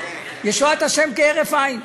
ישועת ה' כהרף עין.